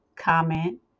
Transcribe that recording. Comment